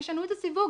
ישנו את הסיווג.